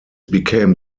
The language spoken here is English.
became